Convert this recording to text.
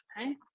okay